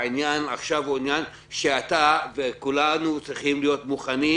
עכשיו זה עניין שאתה וכולנו צריכים להיות מוכנים